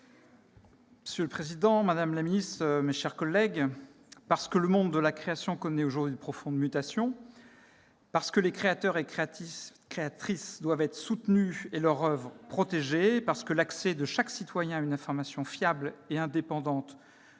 Monsieur le président, madame la ministre, mes chers collègues, parce que le monde de la création connaît aujourd'hui une profonde mutation, parce que les créateurs et créatrices doivent être soutenus et leurs oeuvres protégées, parce que l'accès de chaque citoyen à une information fiable et indépendante